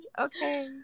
okay